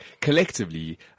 collectively